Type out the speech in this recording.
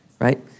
right